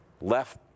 Left